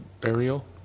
burial